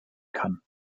kann